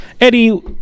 Eddie